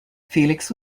felix